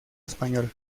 español